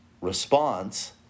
response